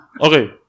okay